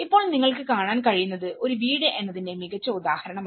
ഇപ്പോൾ നിങ്ങൾക്ക് കാണാൻ കഴിയുന്നത് ഒരു വീട് എന്നതിന്റെ മികച്ച ഉദാഹരണമാണ്